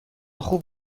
خوب